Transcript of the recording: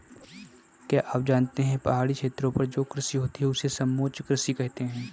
क्या आप जानते है पहाड़ी क्षेत्रों पर जो कृषि होती है उसे समोच्च कृषि कहते है?